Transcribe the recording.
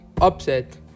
upset